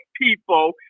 people